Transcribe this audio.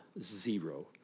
Zero